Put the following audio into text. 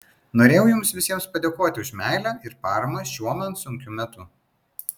norėjau jums visiems padėkoti už meilę ir paramą šiuo man sunkiu metu